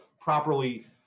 properly